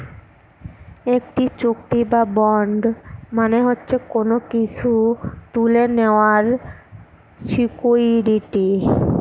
একটি চুক্তি বা বন্ড মানে হচ্ছে কোনো কিছু তুলে নেওয়ার সিকুইরিটি